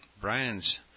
Brian's